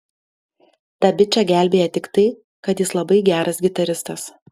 tą bičą gelbėja tik tai kad jis labai geras gitaristas